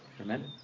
Amen